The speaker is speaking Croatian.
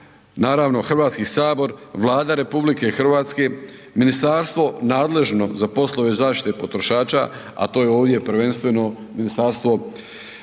naravno, Hrvatski sabor, Vlada RH, ministarstvo nadležno za poslove zaštite potrošača, a to je ovdje prvenstveno Ministarstvo